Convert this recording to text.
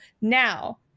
now